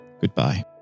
goodbye